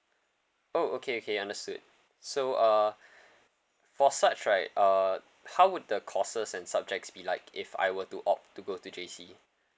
oh okay okay understood so uh for such right uh how would the courses and subjects be like if I were to opt to go to J_C